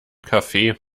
kaffee